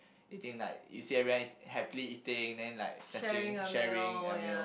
eating like you see everyone eating happily eating then like snatching sharing a meal